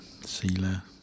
Sila